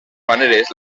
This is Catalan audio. maneres